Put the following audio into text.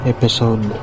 Episode